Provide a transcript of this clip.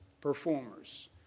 performers